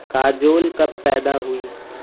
کاجول کب پیدا ہوئی